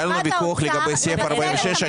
היה לנו ויכוח לגבי סעיף 46,